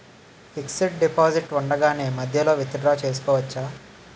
Fixed deposit ఉండగానే మధ్యలో withdraw చేసుకోవచ్చా?